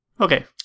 Okay